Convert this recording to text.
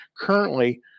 Currently